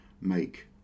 make